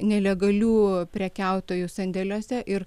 nelegalių prekiautojų sandėliuose ir